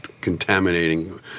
contaminating